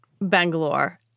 Bangalore